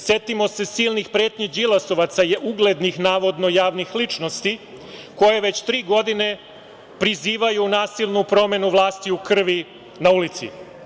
Setimo se silnih pretnji đilasovaca, uglednih, navodno javnih ličnosti, koje već tri godine prizivaju nasilnu promenu vlasti u krvi na ulici.